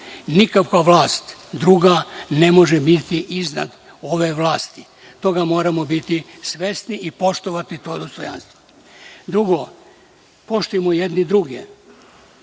Nikakva vlast druga ne može biti iznad ove vlasti. Toga moramo biti svesni i poštovati to dostojanstvo. Drugo, poštujmo jedni druge,